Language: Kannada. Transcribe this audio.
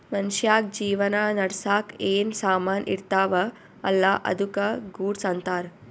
ಮನ್ಶ್ಯಾಗ್ ಜೀವನ ನಡ್ಸಾಕ್ ಏನ್ ಸಾಮಾನ್ ಇರ್ತಾವ ಅಲ್ಲಾ ಅದ್ದುಕ ಗೂಡ್ಸ್ ಅಂತಾರ್